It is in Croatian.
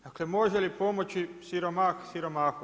Dakle, može li pomoći siromah, siromahu?